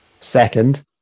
second